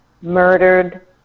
murdered